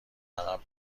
عقب